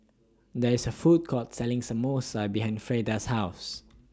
There IS A Food Court Selling Samosa behind Freda's House